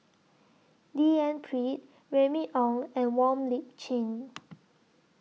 D N Pritt Remy Ong and Wong Lip Chin